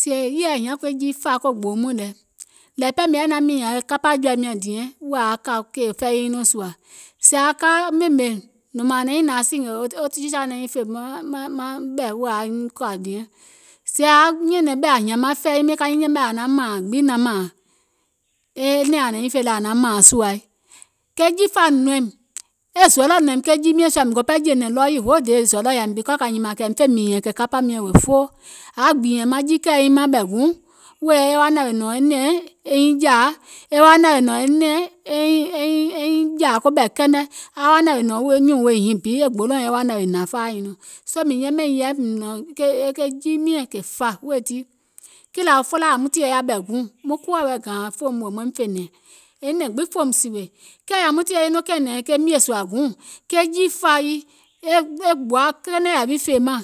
Sèè e yèɛ hiàŋ ke jii fàa ko gboo muìŋ lɛ, nȧȧŋ pɛɛ miŋ yaȧ yɛi naȧŋ mììnyɛ̀ŋ kapȧ jɔ̀ȧim nyàŋ diɛŋ wèè aŋ kà kèè fɛi nyiŋ nɔɔ̀ŋ sùȧ, sèè aŋ ka aŋ ɓèmè, nɔ̀ŋ mȧȧn nɛ̀ŋ ȧŋ naŋ nȧaŋ wo teacher naŋ nyiŋ fè maŋ ɓɛ̀ wèè aŋ miŋ kȧ diɛŋ, sèè aŋ nyɛ̀nɛ̀ŋ ɓɛ̀ aŋ hìȧŋ maŋ fɛi miiŋ ka nyiŋ yɛmɛ̀ ȧŋ naŋ mȧȧŋ gbiŋ naŋ mȧȧŋ, e nɛ̀ɛŋ ȧŋ naŋ nyiŋ fè lɛ ȧŋ naŋ mȧȧŋ sùȧi, ke jii fȧa nɔ̀ìm, e zɔlɔ̀ nɔ̀ìm ke jii miɛ̀ŋ sùȧ, miŋ go pɛɛ jè nɛ̀ ɗɔɔ yii hoo day e zɔlɔ̀ yȧìm, because kȧ nyìmȧŋ kɛ̀ fè mììnyɛ̀ŋ kè kapȧ miɛ̀ŋ wèè foo, ȧŋ yaȧ gbììɛ̀ŋ maŋ jiikɛ̀ɛ nyiŋ mȧŋ ɓɛ̀ guùŋ wèè e wa nȧwèè nɔ̀ŋ nɛ̀ŋ e nyiŋ jȧȧ, e wa nȧwèè nɔ̀ŋ nɛ̀ŋ e nyiŋ ɓɛ̀ kɛnɛ, aŋ wa nȧwèè nɔ̀ŋ nyùùŋ wèè nyiŋ bi, e gbolòùŋ e wa nȧwèè hnàŋ faȧ nyiŋ nɔɔ̀ŋ, soo mìŋ yɛmɛ̀iŋ yɛi ke jii miɛ̀ŋ kè fȧ wèè tii, kìlȧ felaaȧ yȧwi tìyèe yaȧ ɓɛ̀ guùŋ, muŋ kuwȧ wɛ̀i gȧȧŋ wèè maim fè nɛ̀ŋ, e nɛ̀ŋ gbìŋ fòùm sèwè, kɛɛ yàwium tìyèe e nɔŋ kɛ̀ɛ̀nɛ̀ŋ mìèsùàguùŋ, ke jii fȧa yii e gbòa kɛnɛ yȧwì fèemȧŋ,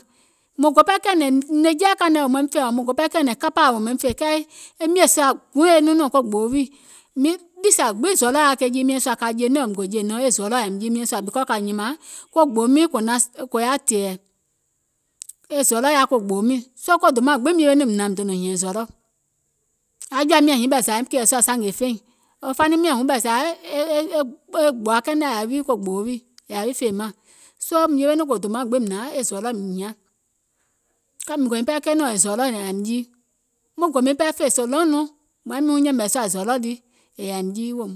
mùŋ go ɓɛɛ kɛ̀ɛ̀nɛ̀ŋ nɛ̀ŋjeɛ̀ kȧìŋ nɛ wèè maim fè, ɔ̀ɔ̀ mùŋ go ɓɛɛ kɛ̀ɛ̀nɛ̀ŋ kapȧȧ wèè maim fè, kɛɛ e mìèsùȧguùŋ e nɔŋ nɔ̀ŋ ko gboo wiì, niì sìa gbiŋ zɔlɔ̀ yaȧ ke jii miɛ̀ŋ sùȧ, kȧ jè nɛ̀ŋ miŋ gò jè nɛ̀ŋ e zɔlɔ̀ yȧìm jii miɛ̀ŋ sùȧ because kȧ nyìmȧŋ kɛ̀ ko gboo miìŋ kò yaȧ tɛ̀ɛ̀, e zɔlɔ̀ yaȧ ko gboo miìŋ, soo ko dòmaŋ gbiŋ mìŋ yewe nɔŋ mìŋ hnȧŋ mìŋ donȧŋ hìɛ̀ŋ zɔlɔ̀, aŋ jɔ̀àim nyȧŋ nyiŋ ɓɛɛ yȧìm kɛ̀ɛ̀ sùà sȧngè feìŋ, wo faniŋ miɔ̀ŋ wɔŋ ɓɛɛ e gbòa kɛnɛ yaȧ ko gboo wiì, è yȧwì fèemȧŋ, soo mìŋ yewe nɔŋ ko dòmaŋ gbiŋ mìŋ hnȧŋ e zɔlɔ̀ mìŋ hiȧŋ, because mìŋ goiŋ ɓɛɛ kɛɛnɛ̀ŋ e zɔlɔ̀ yȧìm jii, muŋ gò miŋ ɓɛɛ fè so long nɔŋ mùŋ yȧìm nɔŋ yɛ̀mɛ̀ sùȧ zɔlɔ̀ lii è yȧìm jii weèum.